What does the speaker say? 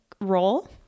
role